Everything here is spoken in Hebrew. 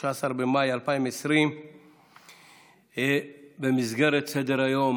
13 במאי 2020. בסדר-היום